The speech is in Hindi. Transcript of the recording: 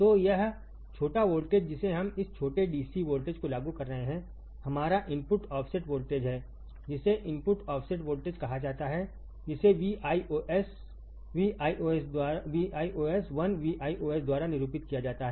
तो यह छोटा वोल्टेज जिसे हम इस छोटे डीसी वोल्टेज को लागू कर रहे हैं हमारा इनपुट ऑफ़सेट वोल्टेज है जिसे इनपुट ऑफ़सेट वोल्टेज कहा जाता है जिसे Vios Viosद्वारा निरूपित किया जाता है